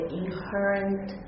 inherent